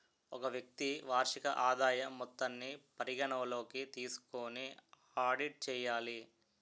ఒక వ్యక్తి వార్షిక ఆదాయం మొత్తాన్ని పరిగణలోకి తీసుకొని ఆడిట్ చేయాలి